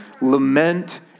lament